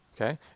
okay